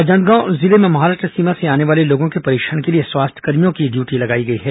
राजनांदगांव जिले में महाराष्ट्र सीमा से आने वाले लोगों के परीक्षण के लिए स्वास्थ्यकर्मियों की ड्यूटी लगाई गई है